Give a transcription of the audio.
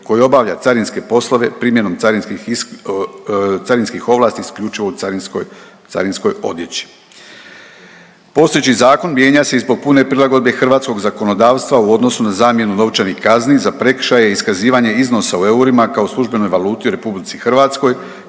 koji obavlja carinske poslove primjenom carinskih ovlasti, isključivo u carinskoj odjeći. Postojeći zakon mijenja se i zbog pune prilagodbe hrvatskog zakonodavstva u odnosu na zamjenu novčanih kazni za prekršaje i iskazivanje iznosa u eurima kao službenoj valuti u RH sukladno Zakonu